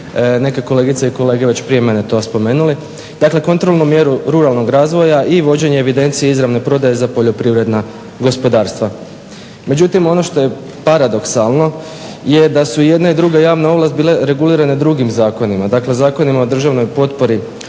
neke kolegice i kolege već prije mene to spomenuli dakle kontrolnu mjeru ruralnog razvoja i vođenje evidencije izravne prodaje za poljoprivredna gospodarstva. Međutim ono što je paradoksalno je da su jedna i druga javna ovlast bile regulirane drugim zakonima dakle Zakonima o državnoj potpori